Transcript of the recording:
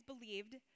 believed